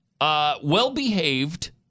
well-behaved